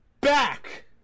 back